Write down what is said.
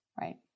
Right